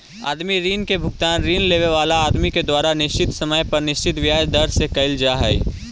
आदमी ऋण के भुगतान ऋण लेवे वाला आदमी के द्वारा निश्चित समय पर निश्चित ब्याज दर से कईल जा हई